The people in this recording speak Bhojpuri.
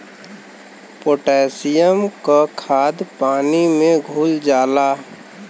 पोटेशियम क खाद पानी में घुल जाला